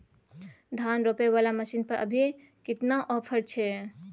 धान रोपय वाला मसीन पर अभी केतना ऑफर छै?